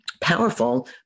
powerful